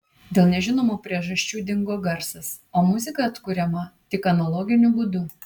dėl nežinomų priežasčių dingo garsas o muzika atkuriama tik analoginiu būdu